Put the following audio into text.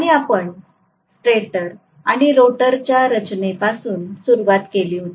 आणि आपण स्टेटर आणि रोटरच्या रचनेपासून सुरुवात केली होती